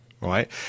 right